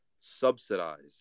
Subsidized